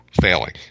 failing